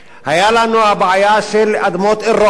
הבעיה של אדמות אל-רוחה,